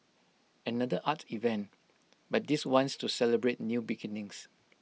another art event but this one's to celebrate new beginnings